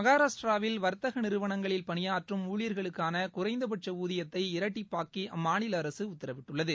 மகாராஷ்டிராவில் வர்த்தக நிறுவனங்களில் பணிபாற்றும் ஊழியர்களுக்கான குறைந்தபட்ச ஊதியத்ததை இரட்டிப்பாக்கி அம்மாநில அரசு உத்தரவிட்டுள்ளது